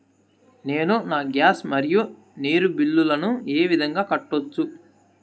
నేను నా గ్యాస్, మరియు నీరు బిల్లులను ఏ విధంగా కట్టొచ్చు?